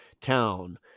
town